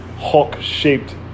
Hawk-shaped